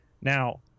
Now